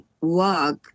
Work